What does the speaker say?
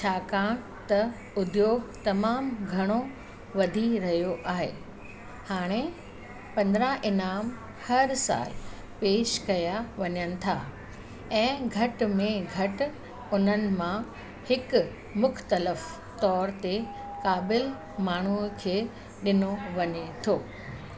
छाकाणि त उद्योग तमामु घणो वधी रहियो आहे हाणे पंद्रहं इनाम हर साल पेश कया वञनि था ऐं घटि में घटि उन्हनि मां हिकु मुख़्तलफ़ तौर ते क़ाबिल माण्हूअ खे ॾिनो वञे थो